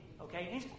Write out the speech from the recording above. Okay